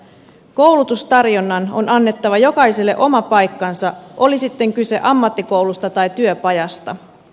koulutustarjonnan on annettava jokaiselle oma paikkansa oli sitten kyse ammattikoulusta tai työpajasta